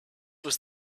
was